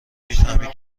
میفهمید